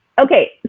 Okay